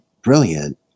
brilliant